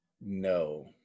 No